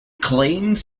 claims